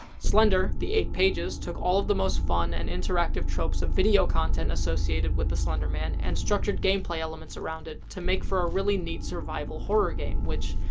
slender the eight pages took all the most fun and interactive tropes of video content associated with the slender man and structured gameplay elements around it to make for a really neat survival horror game. which.